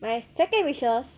my second wishes